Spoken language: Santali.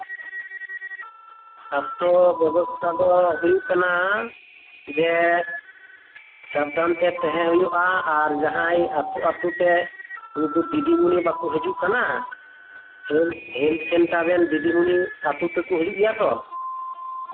ᱥᱟᱥᱛᱚ ᱵᱮᱵᱚᱥᱛᱟ ᱫᱚ ᱦᱩᱭᱩᱜ ᱠᱟᱱᱟ ᱡᱮ ᱥᱟᱵᱫᱷᱟᱱ ᱛᱮ ᱛᱮᱦᱮᱸᱱ ᱦᱩᱭᱩᱜᱼᱟ ᱟᱨ ᱡᱟᱦᱟᱸᱭ ᱟᱹᱛᱩ ᱟᱹᱛᱩ ᱛᱮ ᱩᱱᱠᱩ ᱫᱤᱫᱤᱢᱩᱱᱤ ᱵᱟᱠᱚ ᱦᱤᱡᱩᱜ ᱠᱟᱱᱟ ᱦᱮᱞᱛᱷ ᱥᱮᱱᱴᱟᱨ ᱨᱮᱱ ᱫᱤᱫᱤᱢᱩᱱᱤ ᱟᱛᱩ ᱛᱮᱠᱚ ᱦᱤᱡᱩᱜ ᱜᱮᱭᱟ ᱛᱚ